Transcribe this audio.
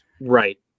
Right